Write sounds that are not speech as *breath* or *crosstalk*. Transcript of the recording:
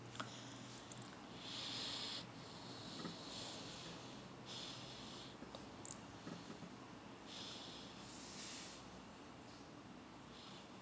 *breath*